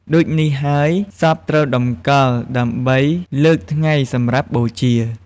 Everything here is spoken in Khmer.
ដូចនេះហើយសពត្រូវតម្កល់ដើម្បីលើកថ្ងៃសម្រាប់បូជា។